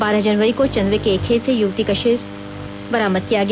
बारह जनवरी को चंदवे के एक खेत से युवती का सिर बरामद किया गया